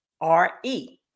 R-E